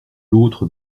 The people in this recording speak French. l’autre